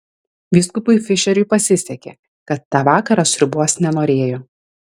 vyskupui fišeriui pasisekė kad tą vakarą sriubos nenorėjo